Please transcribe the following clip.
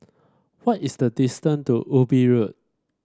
what is the distance to Ubi Road